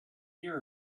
year